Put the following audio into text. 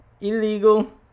illegal